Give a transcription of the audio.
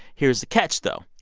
here's the catch, though.